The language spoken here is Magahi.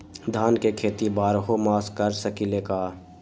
धान के खेती बारहों मास कर सकीले का?